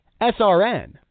SRN